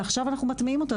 ועכשיו אנחנו מטמיעים אותה,